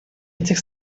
этих